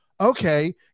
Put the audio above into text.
okay